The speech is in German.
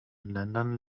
ländern